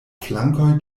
flankoj